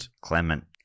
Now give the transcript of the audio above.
Clement